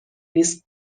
نیست